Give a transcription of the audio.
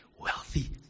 wealthy